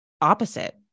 opposite